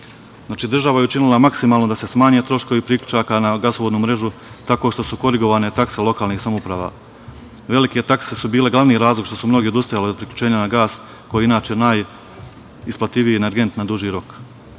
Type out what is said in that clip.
Znači, država je učinila maksimalno da se smanje troškovi priključaka na gasovodnu mrežu, tako što su korigovane takse lokalnih samouprava. Velike takse su bile glavni razlog što su mnogi odustajali od priključenja na gas koji je inače najisplativiji energent na duži